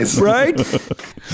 Right